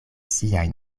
siajn